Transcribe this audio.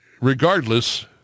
regardless